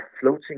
floating